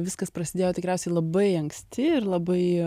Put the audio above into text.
viskas prasidėjo tikriausiai labai anksti ir labai